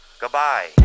Goodbye